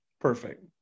perfect